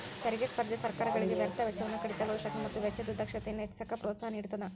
ತೆರಿಗೆ ಸ್ಪರ್ಧೆ ಸರ್ಕಾರಗಳಿಗೆ ವ್ಯರ್ಥ ವೆಚ್ಚವನ್ನ ಕಡಿತಗೊಳಿಸಕ ಮತ್ತ ವೆಚ್ಚದ ದಕ್ಷತೆಯನ್ನ ಹೆಚ್ಚಿಸಕ ಪ್ರೋತ್ಸಾಹ ನೇಡತದ